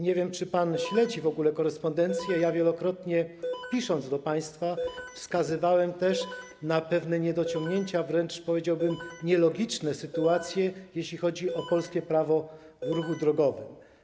Nie wiem, czy pan w ogóle śledzi korespondencję, ale wielokrotnie pisząc do państwa, wskazywałem na pewne niedociągnięcia, wręcz powiedziałbym: nielogiczne sytuacje, jeśli chodzi o polskie prawo w ruchu drogowym.